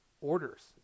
orders